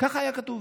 כך היה כתוב.